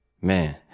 man